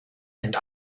and